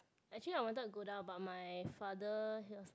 actually I wanted to go down but my father he was like